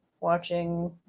watching